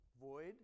void